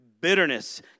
bitterness